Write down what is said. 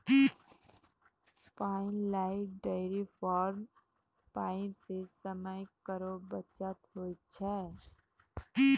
pipeline dairy farm म pipe सें समय केरो बचत होय छै